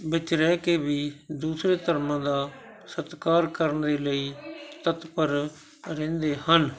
ਵਿੱਚ ਰਹਿ ਕੇ ਵੀ ਦੂਸਰੇ ਧਰਮਾਂ ਦਾ ਸਤਿਕਾਰ ਕਰਨ ਦੇ ਲਈ ਤਤਪਰ ਰਹਿੰਦੇ ਹਨ